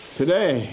today